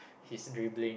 his dribbling